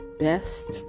best